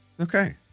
Okay